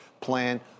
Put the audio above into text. plan